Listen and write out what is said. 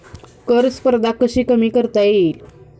कर स्पर्धा कशी कमी करता येईल?